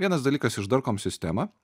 vienas dalykas išdarkom sistemą